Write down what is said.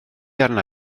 arna